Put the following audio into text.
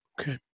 Okay